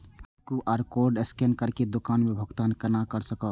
हम QR code scan करके दुकान में भुगतान केना कर सकब?